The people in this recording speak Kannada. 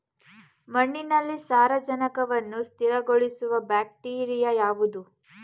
ಮಣ್ಣಿನಲ್ಲಿ ಸಾರಜನಕವನ್ನು ಸ್ಥಿರಗೊಳಿಸುವ ಬ್ಯಾಕ್ಟೀರಿಯಾ ಯಾವುದು?